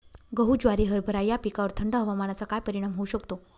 गहू, ज्वारी, हरभरा या पिकांवर थंड हवामानाचा काय परिणाम होऊ शकतो?